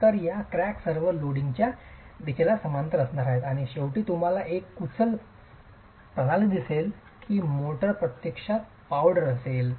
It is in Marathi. तर या क्रॅक्स सर्व लोडिंगच्या दिशेला समांतर असणार आहेत आणि शेवटी तुम्हाला एक कुचल प्रणाली दिसेल की मोर्टार प्रत्यक्षात पावडर असेल